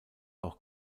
auch